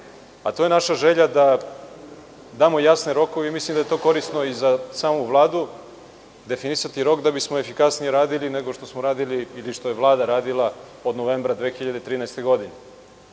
a to je naša želja da damo jasne rokove i mislim da je to korisno i za samu Vladu, definisati rok da bismo efikasnije radili nego što smo radili, odnosno što je Vlada radila od novembra 2013. godine.